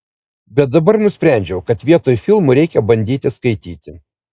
bet dabar nusprendžiau kad vietoj filmų reikia bandyti skaityti